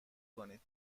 کنید